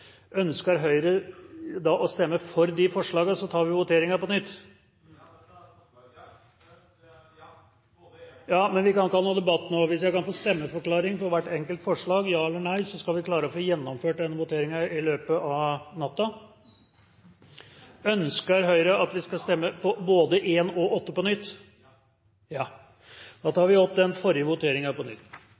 Ønsker Høyre å stemme for de forslagene, tar vi voteringen på nytt. Ja, både … Ja, men vi kan ikke ha noen debatt nå. Hvis jeg kan få stemmeforklaring for hvert enkelt forslag, ja eller nei, skal vi klare å få gjennomført denne voteringen i løpet av natta. Ønsker Høyre at vi skal stemme over både forslag nr. 1 og forslag nr. 8 på nytt? Ja. Da